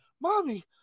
Mommy